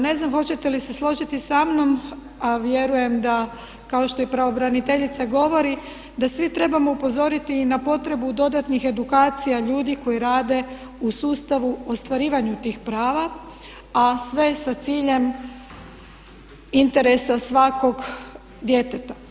Ne znam hoćete li se složiti sa mnom a vjerujem kao i što pravobraniteljica govori da svi trebamo upozoriti i na potrebu dodatnih edukacija ljudi koji rade u sustavu ostvarivanju tih prava a sve sa ciljem interesa svakog djeteta.